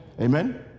Amen